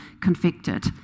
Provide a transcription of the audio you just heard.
convicted